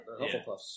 Hufflepuffs